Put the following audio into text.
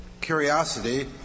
curiosity